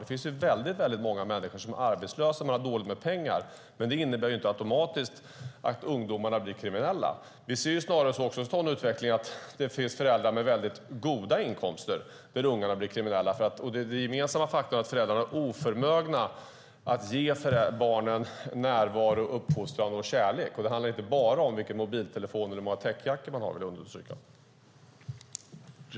Det finns väldigt många människor som har varit arbetslösa och har dåligt med pengar, men det innebär inte automatiskt att ungdomarna blir kriminella. Vi ser snarare den utvecklingen att ungarna blir kriminella trots att föräldrarna har mycket goda inkomster. Den gemensamma faktorn är att föräldrarna är oförmögna att ge barnen närvaro, uppfostran och kärlek, och jag vill understryka att det inte bara handlar om vilken mobiltelefon eller hur många täckjackor man har.